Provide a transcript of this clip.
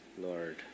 Lord